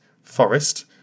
Forest